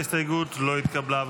ההסתייגות לא התקבלה.